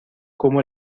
como